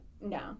No